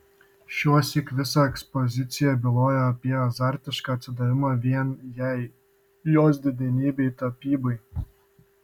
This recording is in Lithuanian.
šiuosyk visa ekspozicija byloja apie azartišką atsidavimą vien jai jos didenybei tapybai